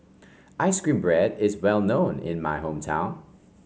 ice cream bread is well known in my hometown